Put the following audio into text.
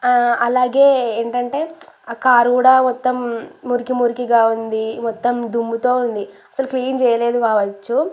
అలాగే ఏంటంటే ఆ కారు కూడా మొత్తం మురికి మురికిగా ఉంది మొత్తం దుమ్ముతో ఉంది అసలు క్లీన్ చేయలేదు కావచ్చు